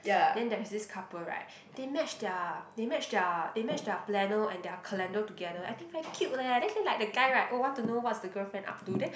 then there's this couple right they match their they match their they match their planner and their calendar together I think very cute leh then like like the guy right oh want to know what's the girlfriend up to then